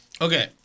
Okay